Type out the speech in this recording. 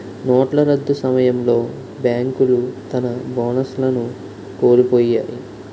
నోట్ల రద్దు సమయంలో బేంకులు తన బోనస్లను కోలుపొయ్యాయి